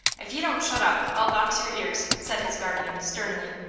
if you don't shut up, i'll box your ears, said his guardian, sternly.